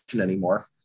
anymore